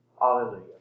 Hallelujah